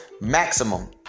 maximum